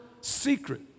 secret